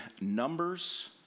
numbers